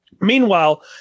Meanwhile